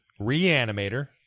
Reanimator